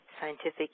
scientific